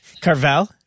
Carvel